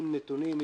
עם נתונים,